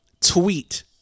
tweet